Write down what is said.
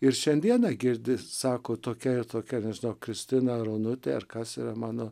ir šiandieną girdi sako tokia ir tokia nežinau kristina ar onutė ar kas yra mano